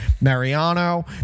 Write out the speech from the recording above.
Mariano